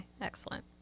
excellent